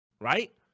right